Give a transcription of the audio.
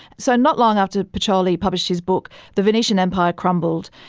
so not long after pacioli published his book, the venetian empire crumbled,